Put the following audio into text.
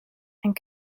and